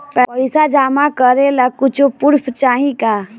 पैसा जमा करे ला कुछु पूर्फ चाहि का?